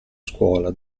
scuola